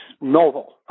novel